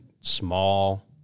small